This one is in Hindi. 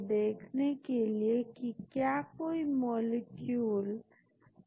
इस प्रकार यह खोजता है कई परिणाम और अलग अलग आरएमएसडी संख्या वाले कंपाउंड्स के समूह निकालता है